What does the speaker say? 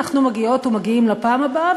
אנחנו מגיעות ומגיעים לפעם הבאה,